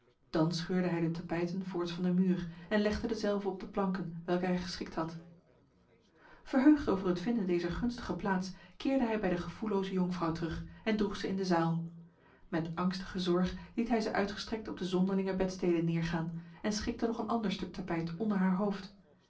dan scheurde hij de tapijten voorts van de muur en legde dezelve op de planken welke hij geschikt had verheugd over het vinden dezer gunstige plaats keerde hij bij de gevoelloze jonkvrouw terug en droeg ze in de zaal met angstige zorg liet hij ze uitgestrekt op de zonderlinge bedstede neergaan en schikte nog een ander stuk tapijt onder haar hoofd